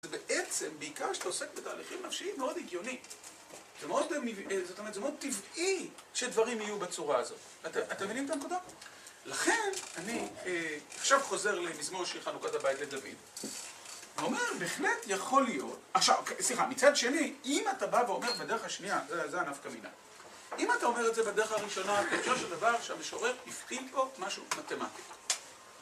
זה בעצם בעיקר שאתה עוסק בתהליכים נפשיים מאוד עיגיוניים זאת אומרת, זה מאוד טבעי שדברים יהיו בצורה הזאת אתם מבינים את הנקודה? לכן אני עכשיו חוזר למזמור שיר חנוכת הבית לדוד אני אומר, בהחלט יכול להיות עכשיו, סליחה, מצד שני, אם אתה בא ואומר בדרך השנייה זה הנפקא מינה, אם אתה אומר את זה בדרך הראשונה פירושו של דבר שהמשורר יבחין פה משהו מתמטי